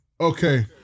okay